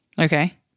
Okay